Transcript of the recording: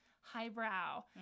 highbrow